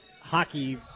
hockey